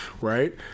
right